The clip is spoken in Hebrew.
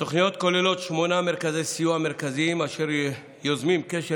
התוכניות כוללות שמונה מרכזי סיוע מרכזיים אשר יוזמים קשר